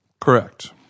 Correct